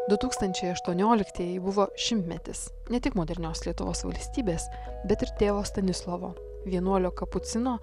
du tūkstančiai aštuonioliktieji buvo šimtmetis ne tik modernios lietuvos valstybės bet ir tėvo stanislovo vienuolio kapucino